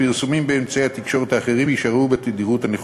הפרסומים באמצעי התקשורת האחרים יישארו בתדירות הנוכחית.